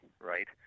right